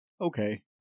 okay